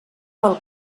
pel